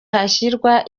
hashyirwa